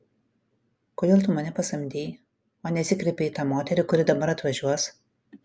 kodėl tu mane pasamdei o nesikreipei į tą moterį kuri dabar atvažiuos